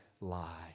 lie